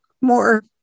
more